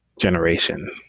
generation